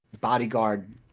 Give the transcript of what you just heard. bodyguard